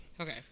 Okay